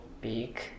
big